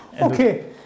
Okay